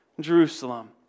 Jerusalem